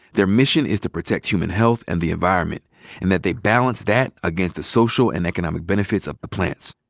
their mission is to protect human health and the environment and that they balance that against the social and economic benefits of the plants.